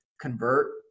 convert –